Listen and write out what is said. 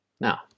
Now